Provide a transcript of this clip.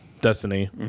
Destiny